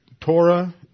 Torah